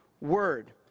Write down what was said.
word